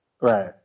right